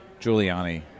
Giuliani